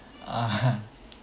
(uh huh)